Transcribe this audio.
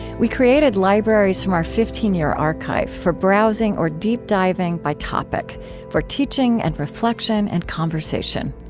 we created libraries from our fifteen year archive for browsing or deep diving by topic for teaching and reflection and conversation.